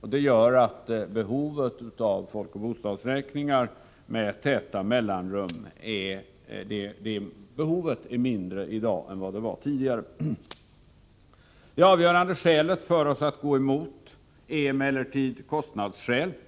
Detta gör att behovet av folkoch bostadsräkningar med täta mellanrum är mindre i dag än det var tidigare. Det avgörande skälet för oss att gå emot är emellertid kostnadsskälet.